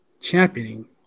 championing